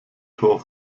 tor